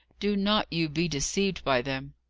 do not you be deceived by them.